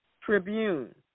Tribune